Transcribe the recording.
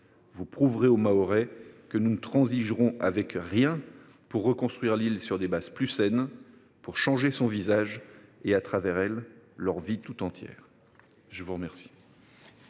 Vous prouverez aux Mahorais que nous ne transigerons sur rien pour reconstruire l’île sur des bases plus saines, pour changer son visage et, à travers elle, leur vie tout entière. Nous passons